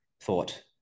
thought